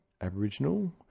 Aboriginal